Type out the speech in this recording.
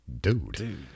dude